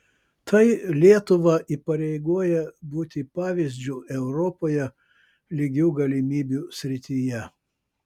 tai lietuvą įpareigoja būti pavyzdžiu europoje lygių galimybių srityje